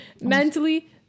Mentally